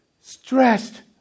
stressed